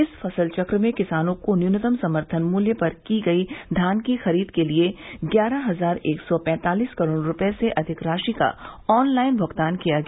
इस फसल चक्र में किसानों को न्यूनतम समर्थन मृत्य पर की गई धान की खरीद के लिए ग्यारह हजार एक सौ पैंतालीस करोड़ रूपये से अधिक राशि का ऑनलाइन भूगतान किया गया